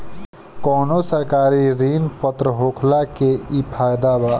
कवनो सरकारी ऋण पत्र होखला के इ फायदा बा